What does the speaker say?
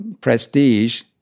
prestige